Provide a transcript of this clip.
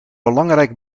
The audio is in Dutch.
belangrijk